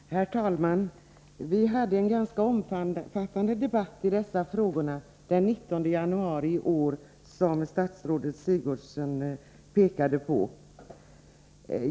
Vi hade, som statsrådet Sigurdsen pekade på, en ganska omfattande debatt i dessa frågor den 19 januari i år.